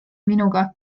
minuga